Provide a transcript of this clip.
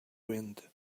wind